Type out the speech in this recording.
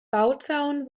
bauzaun